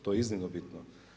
To je iznimno bitno.